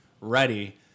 ready